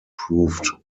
proved